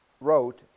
wrote